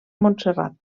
montserrat